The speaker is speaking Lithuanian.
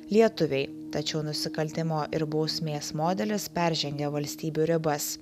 lietuviai tačiau nusikaltimo ir bausmės modelis peržengia valstybių ribas